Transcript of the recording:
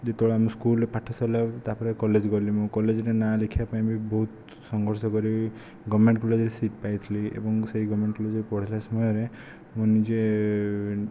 ଯେତେବେଳେ ଆମ ସ୍କୁଲରେ ପାଠ ସରିଲେ ତା'ପରେ କଲେଜ ଗଲି ମୁଁ କଲେଜରେ ନାଁ ଲେଖିବା ପାଇଁ ବି ବହୁତ ସଂଘର୍ଷ କରିକି ଗଭର୍ଣ୍ଣମେଣ୍ଟ କଲେଜରେ ସିଟ ପାଇଥିଲି ଏବଂ ସେଇ ଗଭର୍ଣ୍ଣମେଣ୍ଟ କଲେଜରେ ପଢ଼ିଲା ସମୟରେ ମୁଁ ନିଜେ